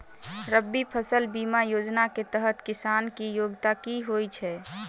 रबी फसल बीमा योजना केँ तहत किसान की योग्यता की होइ छै?